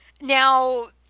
now